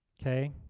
okay